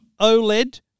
OLED